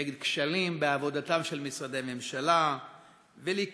נגד כשלים בעבודתם של משרדי ממשלה וליקויים